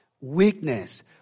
Weakness